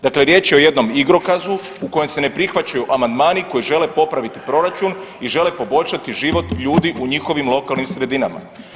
Dakle, riječ je o jednom igrokazu u kojem se ne prihvaćaju amandmani koji žele popraviti proračun i žele poboljšati život ljudi u njihovim lokalnim sredinama.